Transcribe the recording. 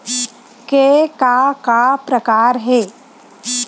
के का का प्रकार हे?